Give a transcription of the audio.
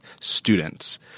students